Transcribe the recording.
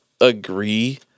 agree